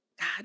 God